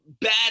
bad